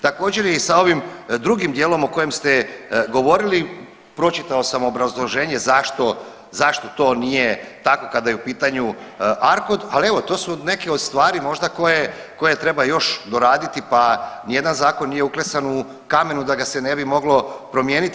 Također je i sa ovim drugim dijelom o kojem ste govorili pročitao sam obrazloženje zašto to nije tako kada je u pitanju ARKOD, ali evo to su neke od stvari možda koje treba još doraditi, pa ni jedan zakon nije uklesan u kamenu da ga se ne bi moglo promijeniti.